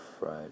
right